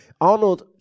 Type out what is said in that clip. Arnold